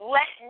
Let